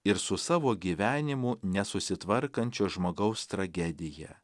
ir su savo gyvenimu nesusitvarkančio žmogaus tragedija